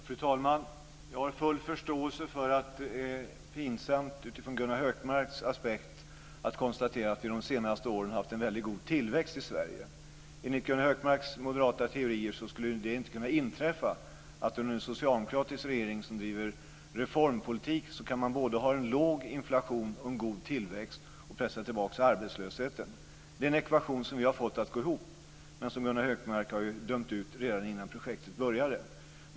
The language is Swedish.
Fru talman! Jag har full förståelse för att det är pinsamt utifrån Gunnar Hökmarks aspekt att konstatera att vi de senaste åren har haft en väldigt god tillväxt i Sverige. Enligt Gunnar Hökmarks moderata teorier skulle det ju inte kunna inträffa att man under en socialdemokratisk regering som driver reformpolitik kan ha både låg inflation och god tillväxt och pressa tillbaka arbetslösheten. Det är en ekvation som vi har fått att gå ihop, men som Gunnar Hökmark har dömt ut redan innan projektet började.